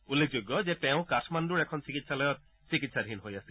উল্লেখযোগ্য যে অধিকাৰী কাঠমাণ্ডুৰ এখন চিকিৎসালয়ত চিকিৎসাধীন হৈ আছিল